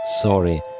Sorry